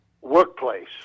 workplace